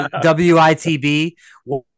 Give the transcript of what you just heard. w-i-t-b